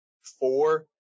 four